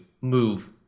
move